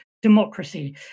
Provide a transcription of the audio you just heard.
democracy